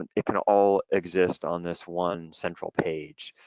and it can all exist on this one central page.